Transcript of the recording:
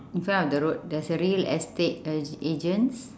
in front of the road there's a real estate ag~ agents